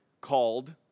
called